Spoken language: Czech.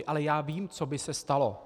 Ale já vím, co by se stalo.